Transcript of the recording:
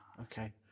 Okay